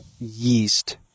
yeast